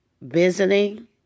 visiting